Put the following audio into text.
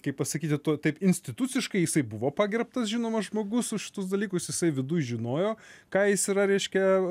kaip pasakyti tu taip instituciškai jisai buvo pagerbtas žinomas žmogus šitus dalykus jisai viduj žinojo ką jis yra reiškia